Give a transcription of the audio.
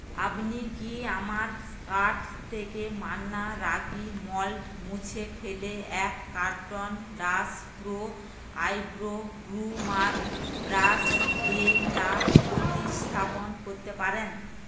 আপনি কি আমার কার্ট থেকে মান্না রাগি মল্ট মুছে ফেলে এক carton dash pro eyebrow groomer brush দিয়ে তা প্রতিস্থাপন করতে পারেন